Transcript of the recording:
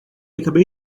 acabei